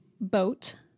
Boat